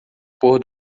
pôr